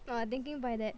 !wah! thinking by that